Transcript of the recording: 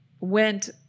went